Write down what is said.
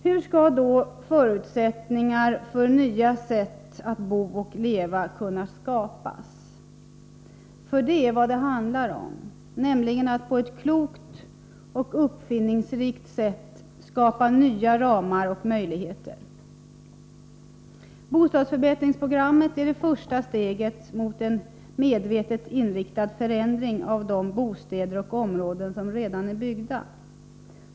Hur skall då förutsättningar för nya sätt att bo och leva kunna skapas? För det är vad det handlar om, nämligen att på ett klokt och uppfinningsrikt sätt skapa nya ramar och möjligheter. Bostadsförbättringsprogrammet är det första steget mot en medvetet inriktad förändring av de bostäder och områden som redan är byggda.